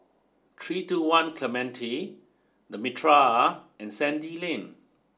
three two one Clementi the Mitraa and Sandy Lane